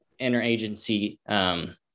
interagency